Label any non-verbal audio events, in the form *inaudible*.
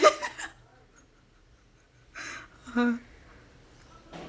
*laughs* !huh!